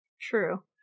True